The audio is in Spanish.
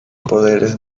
poderes